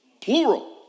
Plural